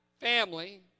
family